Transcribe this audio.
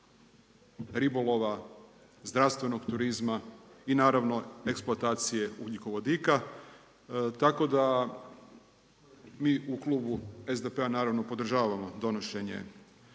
ribolova, zdravstvenog turizma i naravno eksploatacije ugljikovodika. Tako da mi u klubu SDP-a naravno podržavamo donošenje